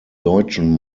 deutschen